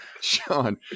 Sean